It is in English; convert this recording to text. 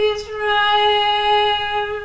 Israel